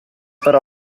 per